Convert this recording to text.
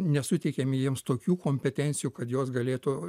nesuteikėme jiems tokių kompetencijų kad jos galėtų